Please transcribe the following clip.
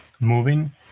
moving